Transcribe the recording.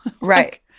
Right